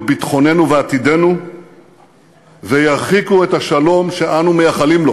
ביטחוננו ועתידנו וירחיקו את השלום שאנו מייחלים לו,